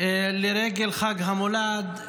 לרגל חג המולד.